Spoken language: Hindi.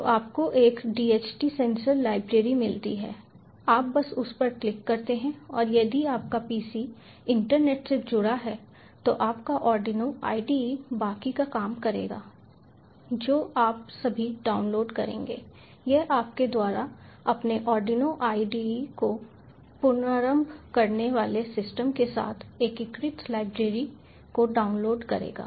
तो आपको एक DHT सेंसर लाइब्रेरी मिलती है आप बस उस पर क्लिक करते हैं और यदि आपका pc इंटरनेट से जुड़ा है तो आपका आर्डिनो ide बाकी का काम करेगा जो आप अभी डाउनलोड करेंगे यह आपके द्वारा अपने आर्डिनो ide को पुनरारंभ करने वाले सिस्टम के साथ एकीकृत लाइब्रेरी को डाउनलोड करेगा